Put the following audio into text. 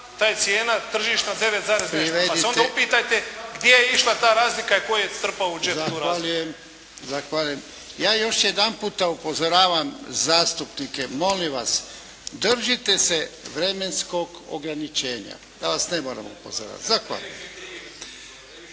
ta je cijena tržišta 9 zarez i nešto, pa se onda upitajte gdje je išla ta razlika i tko je trpao u džep tu razliku. **Jarnjak, Ivan (HDZ)** Zahvaljujem. Ja još jedan puta upozoravam zastupnike, molim vas držite se vremenskog ograničenja da vas ne moram upozoravati. Zahvaljujem.